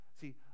See